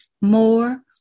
more